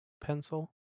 pencil